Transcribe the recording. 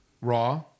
Raw